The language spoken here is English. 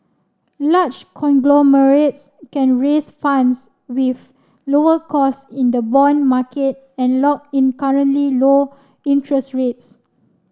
large conglomerates can raise funds with lower cost in the bond market and lock in currently low interest rates